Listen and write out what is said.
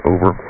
Over